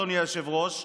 אדוני היושב-ראש,